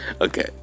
okay